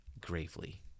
gravely